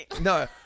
No